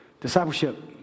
Discipleship